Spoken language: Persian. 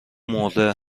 مرده